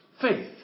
Faith